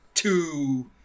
two